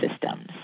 systems